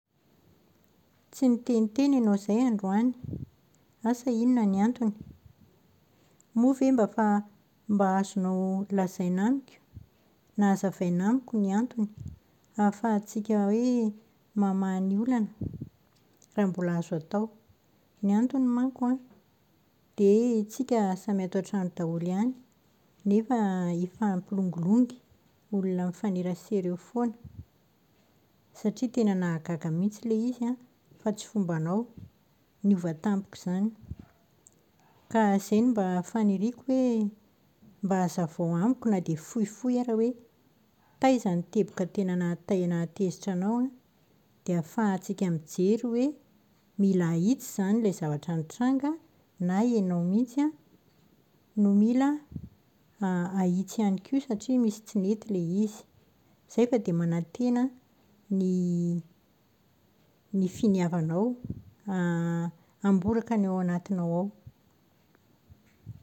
Tsy niteniteny ianao izay androany. Asa inona ny antony. Moa ve mba fa- mba azonao lazaina amiko na azavaina amiko ny antony? Ahafahantsika hoe mamaha ny olana raha mbola azo atao. Ny antony manko an, dia tsika samy ato an-trano daholo ihany nefa hifampilongilongy. Olona mifanerasera eo foana. Satria tena nahagaga mihitsy ilay izy an, fa tsy fombanao. Niova tampoka izany. Ka izay no mba faniriako hoe, mba hazavao amiko na dia fohifohy ary hoe taiza ny teboka tena nahatai- nahatezitra anao an, dia ahafahantsika mijery hoe mila ahitsy izany ilay zavatra nitranga na ianao mihitsy no mila ahitsy ihany koa satria misy tsy nety ilay izy. Izay fa dia manantena ny ny finiavana hamboraka ny ao anatinao ao.